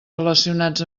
relacionats